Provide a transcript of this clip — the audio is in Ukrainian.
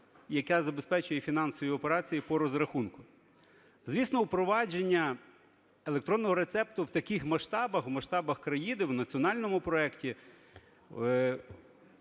яка забезпечує фінансові операції по розрахунку. Звісно, впровадження електронного рецепту в таких масштабах, в масштабах країни, в національному проекті